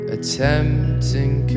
Attempting